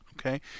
okay